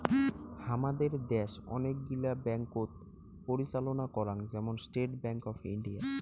হামাদের দ্যাশ অনেক গিলা ব্যাঙ্ককোত পরিচালনা করাং, যেমন স্টেট ব্যাঙ্ক অফ ইন্ডিয়া